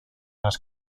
las